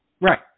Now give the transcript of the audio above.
Right